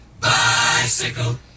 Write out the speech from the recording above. Bicycle